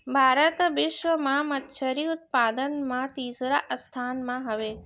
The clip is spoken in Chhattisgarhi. भारत बिश्व मा मच्छरी उत्पादन मा तीसरा स्थान मा हवे